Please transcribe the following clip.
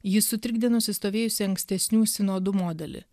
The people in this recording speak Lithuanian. jis sutrikdė nusistovėjusį ankstesnių sinodų modelį